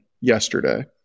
yesterday